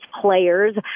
players